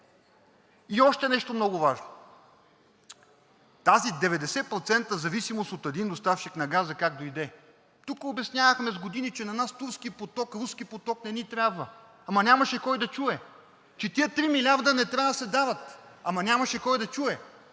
И още нещо много важно. Тази 90% зависимост от един доставчик на газа как дойде? Тук обяснявахме с години, че на нас Турски поток, Руски поток не ни трябва. Ама нямаше кой да чуе, че тези три милиарда не трябва да се дават. Ама нямаше кой да чуе!